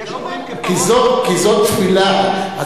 כי זאת תפילה.